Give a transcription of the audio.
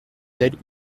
telle